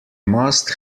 must